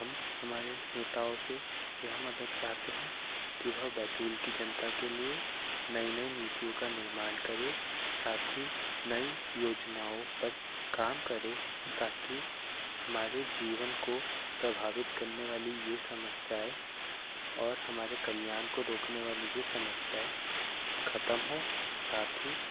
हम हमारे नेताओं से यह मदद चाहते हैं कि वह बैतूल की जनता के लिए नई नई नीतियों का निर्माण करें साथ ही नई योजनाओं पर काम करें ताकि हमारे जीवन को प्रभावित करने वाली ये समस्याएं और हमारे कल्याण को रोकने वाली ये समस्याएं खत्म हो साथ ही